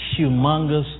humongous